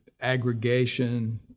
Aggregation